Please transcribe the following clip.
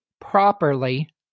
properly